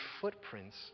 footprints